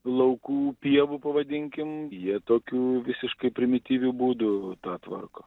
laukų pievų pavadinkim jie tokiu visiškai primityviu būdu tą tvarko